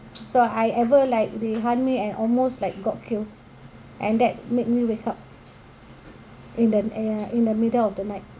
so I ever like they hunt me and almost like got killed and that made me wake up in the uh in the middle of the night